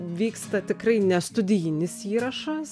vyksta tikrai ne studijinis įrašas